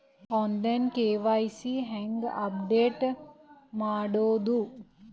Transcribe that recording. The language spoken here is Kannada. ಆನ್ ಲೈನ್ ಕೆ.ವೈ.ಸಿ ಹೇಂಗ ಅಪಡೆಟ ಮಾಡೋದು?